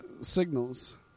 signals